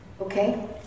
Okay